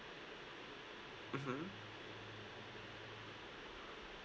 mmhmm